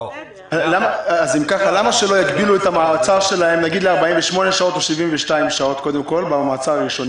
למה שלא יגבילו את המעצר שלהם ל-48 שעות או 72 שעות במעצר הראשוני.